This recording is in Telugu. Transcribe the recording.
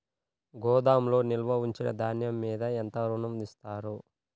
గోదాములో నిల్వ ఉంచిన ధాన్యము మీద ఎంత ఋణం ఇస్తారు?